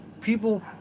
people